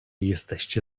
jesteście